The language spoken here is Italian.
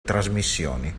trasmissioni